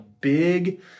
big